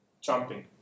jumping